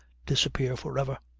disappear for ever.